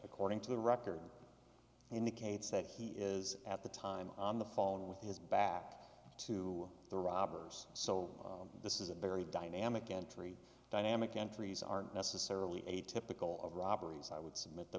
according to the record indicates that he is at the time on the phone with his back to the robbers so this is a very dynamic entry dynamic entries aren't necessarily atypical of robberies i w